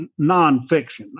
nonfiction